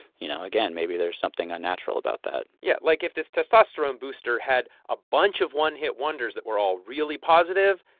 you know, again, maybe there is something unnatural about that yeah, like if this testosterone booster had a bunch of one-hit wonders that were all really positive,